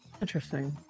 Interesting